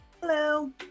Hello